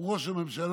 הוא ראש הממשלה.